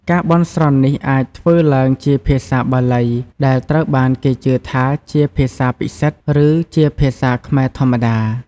ការបន់ស្រន់នេះអាចធ្វើឡើងជាភាសាបាលី ដែលត្រូវបានគេជឿថាជាភាសាពិសិដ្ឋ ឬជាភាសាខ្មែរធម្មតា។